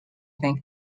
think